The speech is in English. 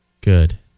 Good